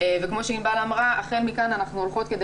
וכמו שענבל חרמוני אמרה מכאן אנחנו הולכות כדי